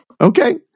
Okay